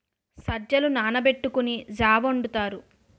సజ్జలు నానబెట్టుకొని జా వొండుతారు